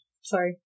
Sorry